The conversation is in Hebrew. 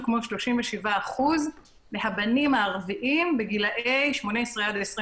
כמו 37% מהבנים הערבים בגילאי 18 עד 24,